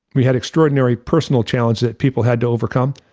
we had extraordinary personal challenge that people had to overcome.